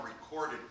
recorded